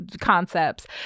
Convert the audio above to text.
concepts